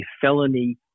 felony